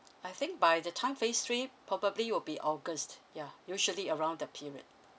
I think by the time phase three probably will be august yeah usually around the period